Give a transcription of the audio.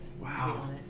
Wow